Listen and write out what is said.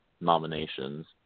nominations